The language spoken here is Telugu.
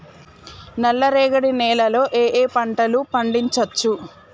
నల్లరేగడి నేల లో ఏ ఏ పంట లు పండించచ్చు?